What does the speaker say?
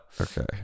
Okay